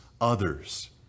others